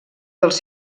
dels